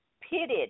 Pitted